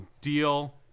deal